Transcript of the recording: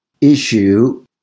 issue